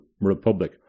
Republic